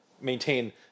maintain